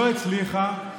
לא הצליחה,